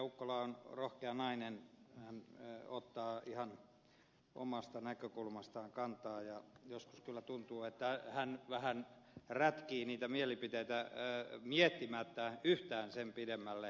ukkola on rohkea nainen ottaa ihan omasta näkökulmastaan kantaa ja joskus kyllä tuntuu että hän vähän rätkii niitä mielipiteitään miettimättä yhtään sen pidemmälle